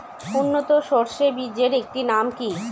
উন্নত সরষে বীজের একটি নাম কি?